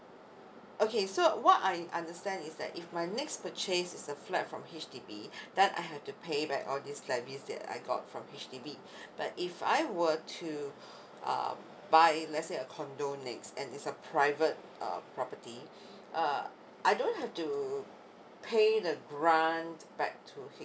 okay so what I understand is that if my next purchase is a flat from H_D_B then I have to pay back all these levies that I got from H_D_B but if I were to uh buy let's say a condo next and it's a private uh property uh I don't have to pay the grant back to